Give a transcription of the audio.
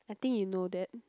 I think you know that